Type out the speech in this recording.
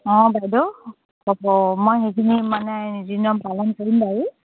অঁ বাইদেউ হ'ব মই সেইখিনি মানে নীতি নিয়ম পালন কৰিম বাৰু